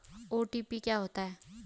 OTP क्या होता है?